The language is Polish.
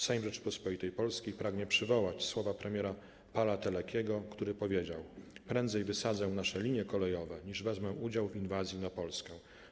Sejm Rzeczypospolitej Polskiej pragnie przywołać słowa premiera Pála Telekiego, który powiedział: 'Prędzej wysadzę nasze linie kolejowe, niż wezmę udział w inwazji na Polskę.